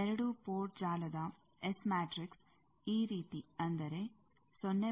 2 port ಜಾಲದ S matrix ಈ ರೀತಿ ಅಂದರೆ 0